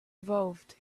evolved